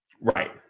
Right